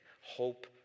hope